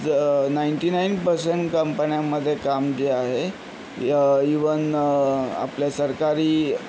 ज ninety nine percent कंपन्यामध्ये काम जे आहे इव्हन आपल्या सरकारी